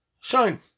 Shine